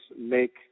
make